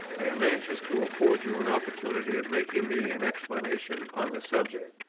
i am anxious to afford you an opportunity of making me an explanation on the subject.